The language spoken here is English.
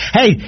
Hey